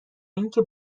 اینکه